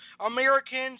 Americans